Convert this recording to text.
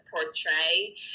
portray